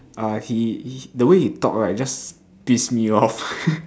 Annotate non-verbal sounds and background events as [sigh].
uh he the way he talk right just piss me off [laughs]